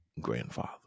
grandfather